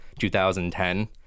2010